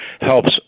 helps